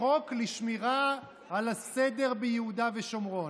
חוק לשמירה על הסדר ביהודה ושומרון.